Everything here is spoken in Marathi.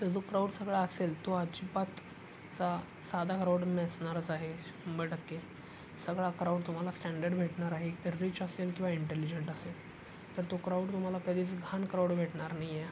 तर जो क्राऊड सगळा असेल तो अजिबात असा साधा क्राउड नसणारच आहे शंभर टक्के सगळा क्राऊड तुम्हाला स्टँडर्ड भेटणार आहे एकतर रिच असेल किंवा इंटेलिजंट असेल तर तो क्राऊड तुम्हाला कधीच घाण क्राऊड भेटणार नाही आहे